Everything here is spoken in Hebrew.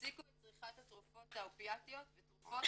הפסיקו את צריכה התרופות האופיאטיות ותרופות